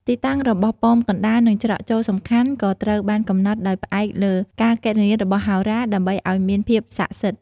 ទីតាំងរបស់ប៉មកណ្តាល និងច្រកចូលសំខាន់ក៏ត្រូវបានកំណត់ដោយផ្អែកលើការគណនារបស់ហោរាដើម្បីឲ្យមានភាពស័ក្តិសិទ្ធិ។